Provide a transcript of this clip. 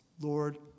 Lord